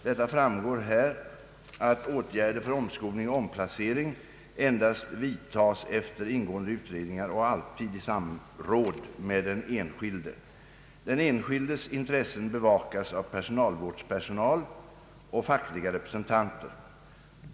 Det framgår här att åtgärder för omskolning och omplacering endast vidtas efter ingående utredningar och alltid i samråd med den enskilde. Den enskildes intressen bevakas av personalvårdspersonal och fackliga representanter.